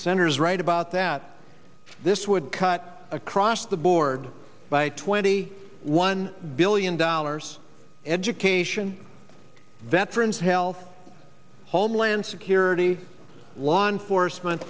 centers right about that this would cut across the board by twenty one billion dollars education that friends health homeland security law enforcement